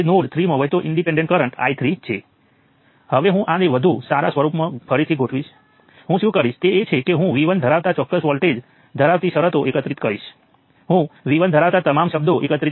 હવે ચાલો હું આ અપૂર્ણાંક એન્ટ્રીઓને અલગ સ્વરૂપમાં ફરીથી લખું જેથી કરીને વ્યસ્તની ગણતરી કરવી સરળ બને